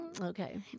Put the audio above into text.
Okay